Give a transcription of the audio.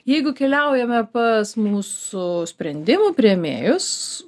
jeigu keliaujame pas mūsų sprendimų priėmėjus